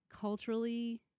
culturally